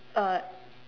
uh